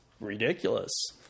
ridiculous